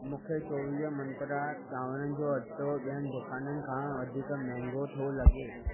मूंखे चोवीह मंत्रा चांवरनि जो अटो ॿियनि दुकाननि खां वधीक महांगो थो लॻे